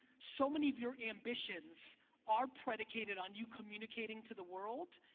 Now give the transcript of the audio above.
so many of your ambitions are predicated on you communicating to the world.